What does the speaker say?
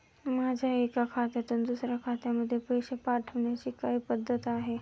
माझ्या एका खात्यातून दुसऱ्या खात्यामध्ये पैसे पाठवण्याची काय पद्धत आहे?